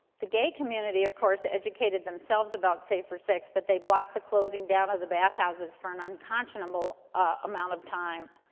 the gay community, of course, educated themselves about safer sex, but they blocked the closing down of the bathhouses for an unconscionable amount of time.